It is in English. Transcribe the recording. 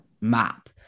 map